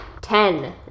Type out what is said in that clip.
Ten